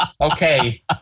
Okay